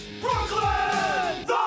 Brooklyn